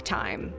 time